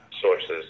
sources